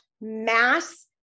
mass